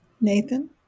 Nathan